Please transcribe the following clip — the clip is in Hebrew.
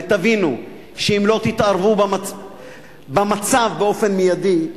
ותבינו שאם לא תתערבו במצב באופן מיידי,